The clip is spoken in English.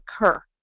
occur